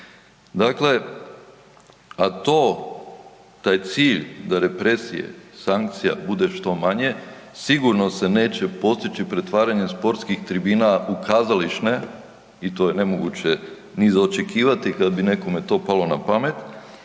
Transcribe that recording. Dakle, a to, taj cilj da represije i sankcije bude što manje, sigurno se neće postići pretvaranjem sportskih tribina u kazališne i to je nemoguće ni za očekivati kad bi nekome to palo na pamet,